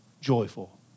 joyful